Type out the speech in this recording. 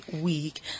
Week